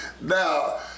Now